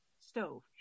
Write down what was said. stove